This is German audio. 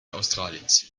australiens